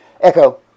Echo